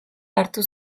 hartu